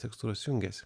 tekstūros jungiasi